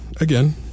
again